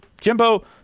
Jimbo